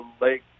Lake